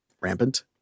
rampant